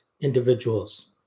individuals